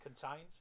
contains